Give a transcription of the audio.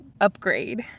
upgrade